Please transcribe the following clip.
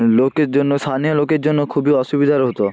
লোকের জন্য স্থানীয় লোকের জন্য খুবই অসুবিধার হতো